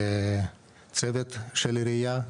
ולצוות של העירייה,